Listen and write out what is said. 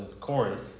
Corinth